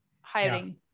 hiring